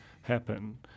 happen